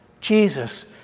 Jesus